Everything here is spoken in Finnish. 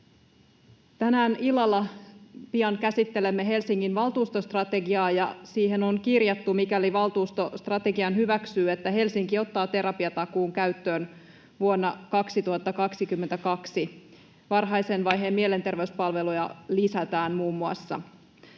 Tänään illalla pian käsittelemme Helsingin valtuustostrategiaa, ja siihen on kirjattu, mikäli valtuusto strategian hyväksyy, että Helsinki ottaa terapiatakuun käyttöön vuonna 2022. Muun muassa